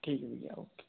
ठीक है भैया ओके